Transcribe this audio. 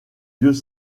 vieux